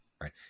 right